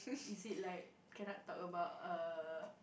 is it like cannot talk about err